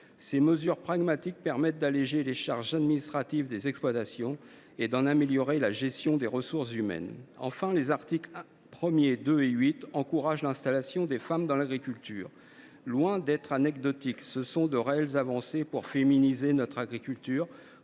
Ces mesures pragmatiques permettent d’alléger les charges administratives des exploitations et d’en améliorer la gestion des ressources humaines. Enfin, les articles 1, 2 et 8 encouragent l’installation des femmes dans l’agriculture. Loin d’être anecdotiques, ce sont de réelles avancées pour féminiser notre agriculture